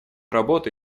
работы